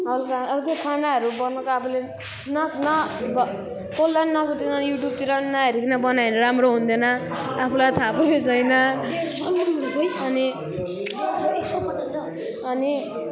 हल्का अब त्यो खानाहरू बनाउँदा आफूले पनि न न क कसलाई पनि नसोधिकन युट्युबतिर पनि नहेरिकन बनायो भने राम्रो हुँदैन आफूलाई थाहा पनि छैन अनि अनि